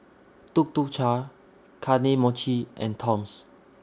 Tuk Tuk Cha Kane Mochi and Toms